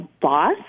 boss